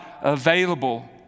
available